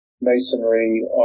Masonry